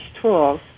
tools